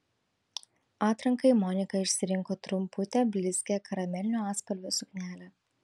atrankai monika išsirinko trumputę blizgią karamelinio atspalvio suknelę